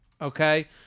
Okay